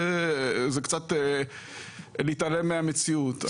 זה קצת להתעלם מהמציאות.